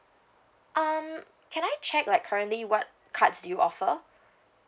um can I check like currently what cards do you offer